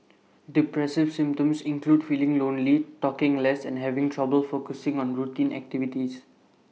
depressive symptoms include feeling lonely talking less and having trouble focusing on routine activities